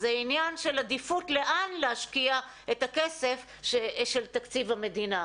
זה עניין של עדיפות לאן להשקיע את הכסף של תקציב המדינה.